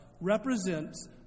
represents